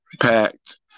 packed